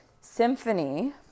symphony